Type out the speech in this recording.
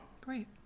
great